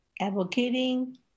advocating